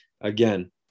again